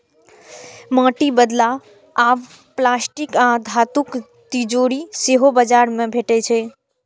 माटिक बदला आब प्लास्टिक आ धातुक तिजौरी सेहो बाजार मे भेटै छै